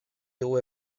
digu